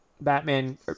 Batman